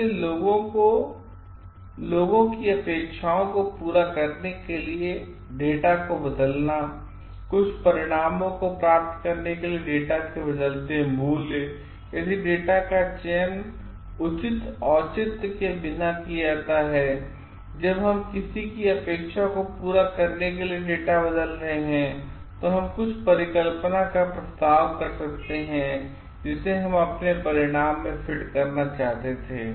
इसलिए लोगों की अपेक्षाओं को पूरा करने के लिए डेटा को बदलना कुछ परिणामों को प्राप्त करने के लिए डेटा के बदलते मूल्य यदि डेटा का चयन उचित औचित्य के बिना किया जाता है जब हम किसी की अपेक्षा को पूरा करने के लिए डेटा बदल रहे हैं तो हम कुछ परिकल्पना का प्रस्ताव कर सकते हैं जिसे हम अपने परिणाम में फिट करना चाहते थे